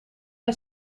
hij